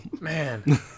Man